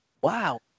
Wow